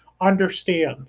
understand